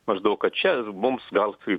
maždaug kad čia mums gal kaip